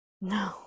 No